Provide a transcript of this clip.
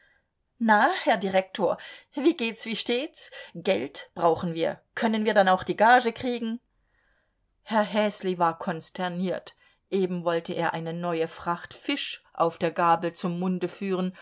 na herr direktor wie geht's wie steht's geld brauchen wir können wir dann auch die gage kriegen herr häsli war konsterniert eben wollte er eine neue fracht fisch auf der gabel zum munde führen